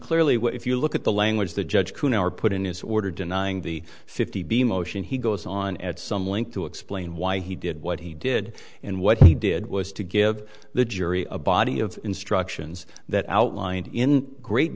clearly what if you look at the language the judge can are put in his order denying the fifty b motion he goes on at some length to explain why he did what he did and what he did was to give the jury a body of instructions that outlined in great